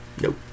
Nope